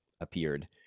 appeared